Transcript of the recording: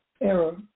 error